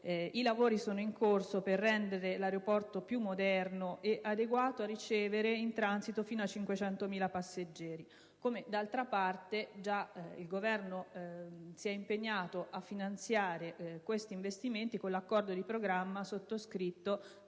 I lavori sono in corso per rendere l'aeroporto più moderno e adeguato a ricevere fino a 500.000 passeggeri in transito. D'altra parte il Governo si è impegnato a finanziare questi investimenti con l'accordo di programma sottoscritto